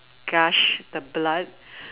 gush the blood